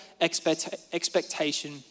expectation